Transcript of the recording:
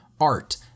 art